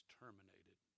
terminated